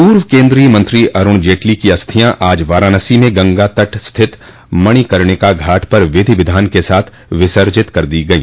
पूर्व केन्द्रीय मंत्री अरूण जेटली की अस्थियां आज वाराणसी में गंगा तट स्थित मणिकणिका घाट पर विधि विधान के साथ विसर्जित कर दी गई